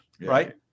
right